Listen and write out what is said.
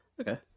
Okay